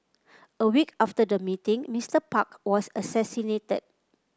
a week after the meeting Mister Park was assassinated